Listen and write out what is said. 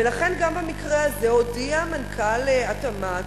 ולכן, גם במקרה הזה הודיע מנכ"ל התמ"ת